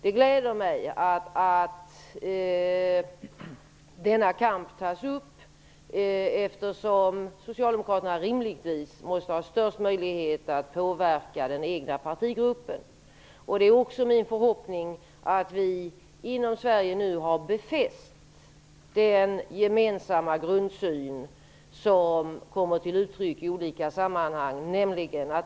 Det gläder mig att denna kamp tas upp eftersom socialdemokraterna rimligtvis måste ha störst möjlighet att påverka den egna partigruppen. Det är också min förhoppning att vi inom Sverige nu har befäst den gemensamma grundsyn som kommer till uttryck i olika sammanhang.